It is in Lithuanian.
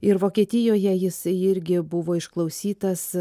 ir vokietijoje jis irgi buvo išklausytas